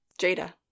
Jada